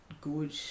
good